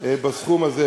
בסכום הזה.